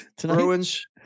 Bruins